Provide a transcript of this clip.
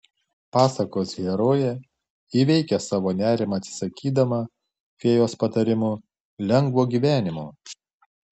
pasakos herojė įveikia savo nerimą atsisakydama fėjos patarimu lengvo gyvenimo